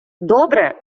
добре